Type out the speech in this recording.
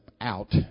out